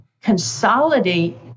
consolidate